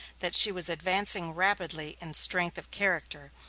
that she was advancing rapidly in strength of character,